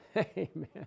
amen